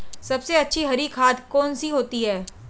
सबसे अच्छी हरी खाद कौन सी होती है?